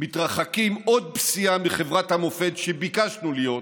מתרחקים עוד פסיעה מחברת המופת שביקשנו להיות,